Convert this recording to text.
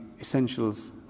essentials